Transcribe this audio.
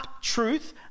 truth